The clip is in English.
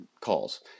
calls